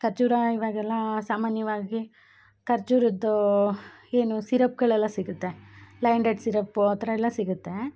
ಖರ್ಜುರ ಇವಾಗೆಲ್ಲ ಸಾಮಾನ್ಯವಾಗಿ ಖರ್ಜುರುದ್ದೋ ಏನು ಸಿರಪ್ಗಳೆಲ್ಲ ಸಿಗುತ್ತೆ ಲಯನ್ ಡೇಟ್ ಸಿರಪು ಆ ಥರ ಎಲ್ಲ ಸಿಗುತ್ತೇ